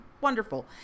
wonderful